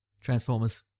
Transformers